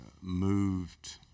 moved